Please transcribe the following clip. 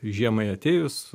žiemai atėjus